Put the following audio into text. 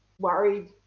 worried